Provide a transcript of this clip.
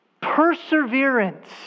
Perseverance